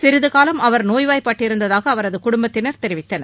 சிறிதுகாலம் அவர் நோய்வாய்ப்பட்டிருந்ததாக அவரது குடும்பத்தினர் தெரிவித்தனர்